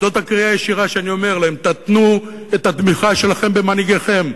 זו הקריאה הישירה שאני אומר להם: תתנו את התמיכה שלכם במנהיגיכם.